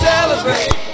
Celebrate